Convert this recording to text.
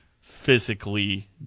physically